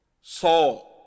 saw